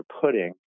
pudding